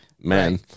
man